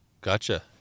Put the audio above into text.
Gotcha